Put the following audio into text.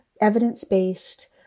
evidence-based